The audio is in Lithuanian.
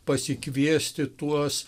pasikviesti tuos